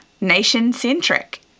nation-centric